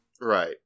Right